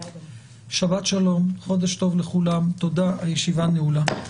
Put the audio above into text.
שבת שלום, חודש טוב לכולם, תודה הישיבה נעולה.